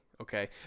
okay